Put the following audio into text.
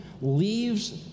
leaves